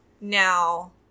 now